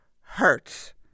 hurts